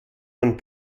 man